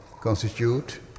constitute